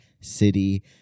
City